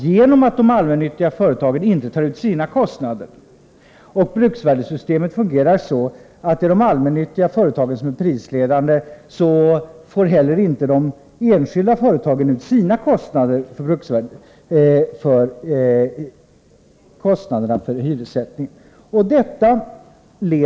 Genom att de allmännyttiga företagen, som är prisledande, i bruksvärdessystemet inte tar ut alla sina kostnader får å andra sidan inte heller de enskilda företagen genom hyressättningen ut sina kostnader motsvarande bruksvärdet.